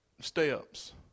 steps